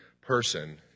person